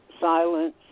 silence